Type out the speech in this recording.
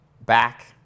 back